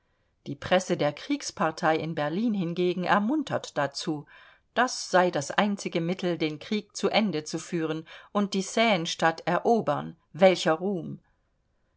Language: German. die presse der kriegspartei in berlin hingegen ermuntert dazu das sei das einzige mittel den krieg zu ende zu führen und die seinestadt erobern welcher ruhm